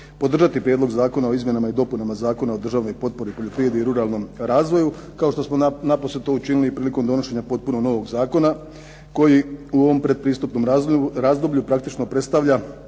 podržati Prijedlog Zakona o izmjenama i dopunama Zakona o državnoj potpori o poljoprivredi i ruralnom razvoju, kao što smo napose to učinili i prilikom donošenja potpuno novog zakona, koji u ovom pretpristupnom razdoblju praktično predstavlja